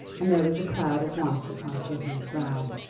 and there was a cloud at once upon sir hugh's brow.